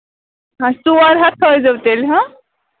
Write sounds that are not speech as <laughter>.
<unintelligible> ژور ہَتھ تھٲیزیو تیٚلہِ ہہ